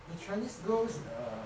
the chinese ghost